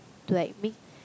to like make